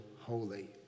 holy